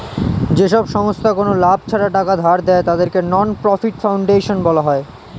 যেসব সংস্থা কোনো লাভ ছাড়া টাকা ধার দেয়, তাদেরকে নন প্রফিট ফাউন্ডেশন বলা হয়